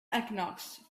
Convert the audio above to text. equinox